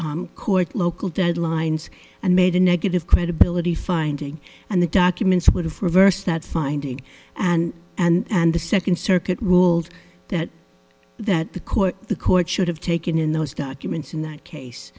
local deadlines and made a negative credibility finding and the documents would have reversed that finding and and the second circuit ruled that that the court the court should have taken in those documents in that case